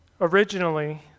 Originally